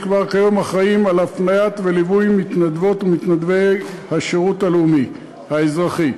שכבר כיום אחראים להפניית וליווי מתנדבות ומתנדבי השירות הלאומי האזרחי,